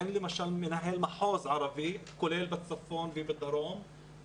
אין למשל מנהל מחוז ערבי כולל בצפון ובדרום,